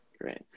Great